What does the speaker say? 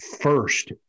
first